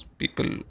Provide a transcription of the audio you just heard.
people